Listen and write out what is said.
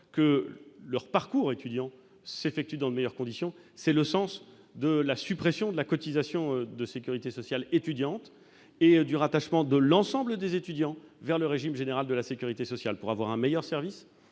que leur parcours s'effectue dans de meilleures conditions. C'est le sens de la suppression de la cotisation de sécurité sociale étudiante et du rattachement de l'ensemble des étudiants au régime général de la sécurité sociale, pour rendre un meilleur service,